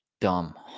dumb